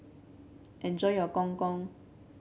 enjoy your Gong Gong